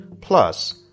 plus